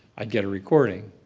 i'd get a recording.